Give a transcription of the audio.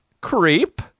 Creep